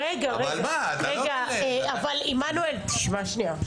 רגע, אבל עמנואל, תשמע שנייה.